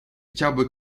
chciałby